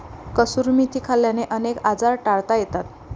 कसुरी मेथी खाल्ल्याने अनेक आजार टाळता येतात